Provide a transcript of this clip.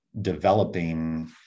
developing